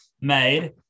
made